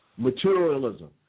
Materialism